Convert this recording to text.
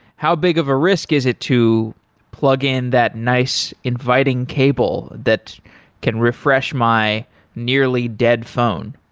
how big of a risk is it to plug in that nice inviting cable that can refresh my nearly dead phone?